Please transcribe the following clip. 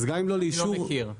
אני לא מכיר.